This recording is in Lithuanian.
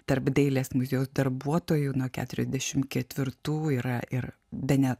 tarp dailės muziejaus darbuotojų nuo keturiasdešim ketvirtų yra ir bene